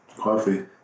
Coffee